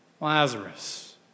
Lazarus